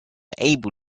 able